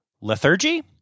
Lethargy